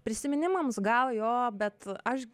prisiminimams gal jo bet aš